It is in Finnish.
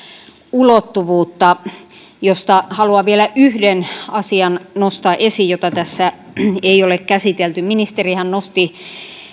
ulottuvuutta joista haluan vielä yhden asian nostaa esiin jota tässä ei ole käsitelty ministerihän nosti